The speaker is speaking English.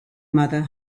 mother